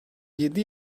yedi